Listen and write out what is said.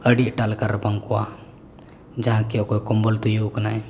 ᱟᱹᱰᱤ ᱮᱴᱟᱜ ᱞᱮᱠᱟ ᱨᱟᱵᱟᱝ ᱠᱚᱣᱟ ᱡᱟᱦᱟᱸ ᱠᱤ ᱚᱠᱚᱭ ᱠᱚᱢᱵᱚᱞᱛᱮ ᱳᱭᱳ ᱟᱠᱟᱱᱟᱭ